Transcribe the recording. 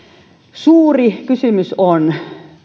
suuri kysymys on